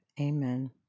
Amen